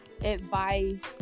advice